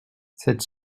cette